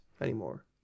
anymore